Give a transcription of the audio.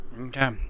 Okay